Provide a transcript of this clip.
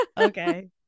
Okay